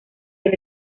del